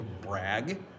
brag